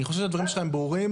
אני חושב שהדברים שלך הם ברורים.